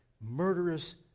murderous